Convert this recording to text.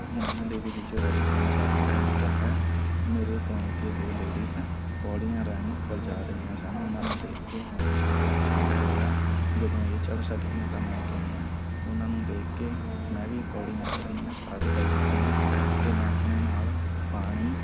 ਨੈਣਾ ਦੇਵੀ ਦੀ ਚੜ੍ਹਾਈ ਤਿੰਨ ਚਾਰ ਕਿਲੋਮੀਟਰ ਹੈ ਮੇਰੇ ਤੋਂ ਅੱਗੇ ਦੋ ਲੇਡੀਜ਼ ਪੌੜੀਆਂ ਰਾਹੀਂ ਉੱਪਰ ਜਾ ਰਹੀਆਂ ਸਨ ਉਹਨਾਂ ਨੂੰ ਦੇਖ ਕੇ ਮੈਂ ਬੜਾ ਉਤਸ਼ਾਹਿਤ ਹੋਇਆ ਜਦੋਂ ਇਹ ਚੜ੍ਹ ਸਕਦੀਆਂ ਤਾਂ ਮੈਂ ਕਿਉਂ ਨਹੀਂ ਉਹਨਾਂ ਨੂੰ ਦੇਖ ਕੇ ਮੈਂ ਵੀ ਪੌੜੀਆਂ ਚੜ੍ਹਨੀਆਂ ਸਟਾਰਟ ਕਰ ਦਿੱਤੀਆਂ ਅਤੇ ਮੈਂ ਆਪਣੇ ਨਾਲ ਪਾਣੀ